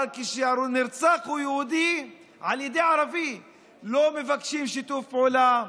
כשהנרצח הוא יהודי על ידי ערבי לא מבקשים שיתוף פעולה,